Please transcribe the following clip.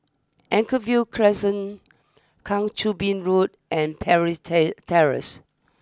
Anchorvale Crescent Kang Choo Bin Road and Parry's Terrace